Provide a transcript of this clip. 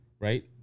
right